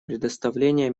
предоставление